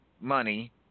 money